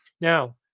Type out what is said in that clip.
Now